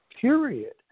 period